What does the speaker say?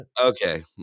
Okay